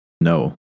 no